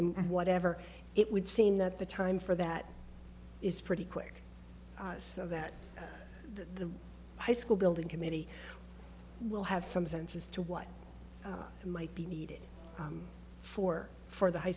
and whatever it would seem that the time for that is pretty quick so that the high school building committee will have some sense as to what might be needed for for the high